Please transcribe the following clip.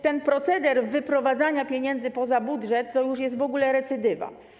Ten proceder wyprowadzania pieniędzy poza budżet to już jest w ogóle recydywa.